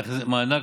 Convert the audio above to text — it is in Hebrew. איזה מענק?